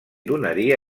donaria